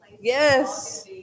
Yes